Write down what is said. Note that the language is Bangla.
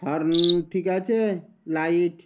হর্ন ঠিক আছে লাইট